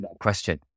question